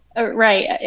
right